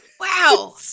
Wow